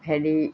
হেৰি